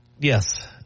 Yes